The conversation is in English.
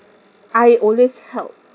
I always help